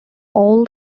all